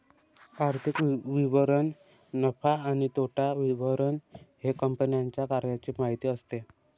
आर्थिक विवरण नफा आणि तोटा विवरण हे कंपन्यांच्या कार्याची माहिती असते